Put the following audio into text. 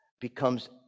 becomes